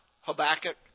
Habakkuk